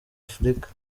afurika